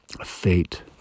fate